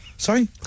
Sorry